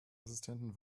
assistenten